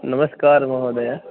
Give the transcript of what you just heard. नमस्कारः महोदय